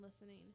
listening